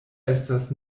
estas